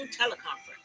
teleconference